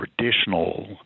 traditional